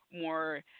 more